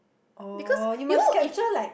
oh you must capture like